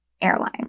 airline